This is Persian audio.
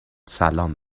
سلام